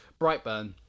Brightburn